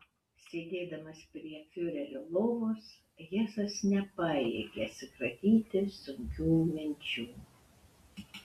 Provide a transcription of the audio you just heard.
sėdėdamas prie fiurerio lovos hesas nepajėgė atsikratyti sunkių minčių